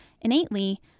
innately